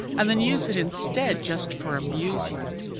and then use it instead just for amusement!